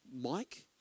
Mike